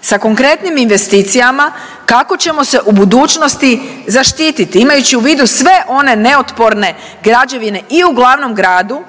sa konkretnim investicijama kako ćemo se u budućnosti zaštititi imajući u vidu sve one neotporne građevine i u glavnom gradu,